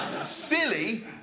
Silly